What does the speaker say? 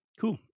cool